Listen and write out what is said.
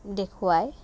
দেখুৱায়